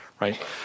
right